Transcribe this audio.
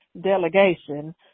delegation